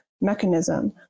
mechanism